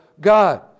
God